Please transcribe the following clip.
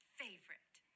favorite